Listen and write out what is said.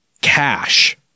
cash